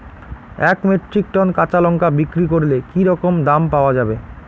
এক metric ton কাঁচা লঙ্কা বিক্রি করলে কি রকম দাম পাওয়া যাবে?